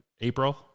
April